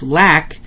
lack